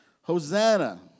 Hosanna